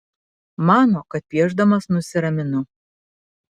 mano kad piešdamas nusiraminu